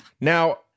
Now